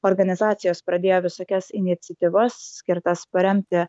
organizacijos pradėjo visokias iniciatyvas skirtas paremti